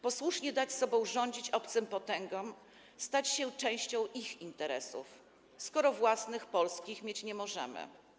Posłusznie dać sobą rządzić obcym potęgom, stać się częścią ich interesów, skoro własnych, polskich, mieć nie możemy.